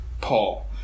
Paul